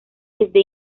desde